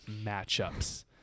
matchups